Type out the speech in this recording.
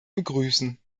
begrüßen